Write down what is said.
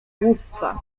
głupstwa